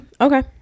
okay